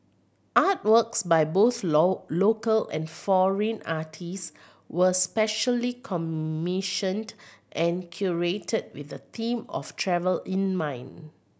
artworks by both local and foreign artist were specially commissioned and curated with the theme of travel in mind